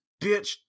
bitch